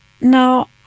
Now